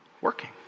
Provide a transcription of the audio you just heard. working